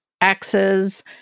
axes